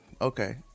okay